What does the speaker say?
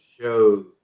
shows